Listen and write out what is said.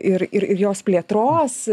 ir ir ir jos plėtros